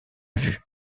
vue